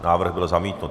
Návrh byl zamítnut.